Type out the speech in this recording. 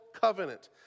covenant